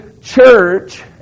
church